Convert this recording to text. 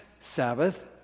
Sabbath